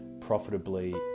profitably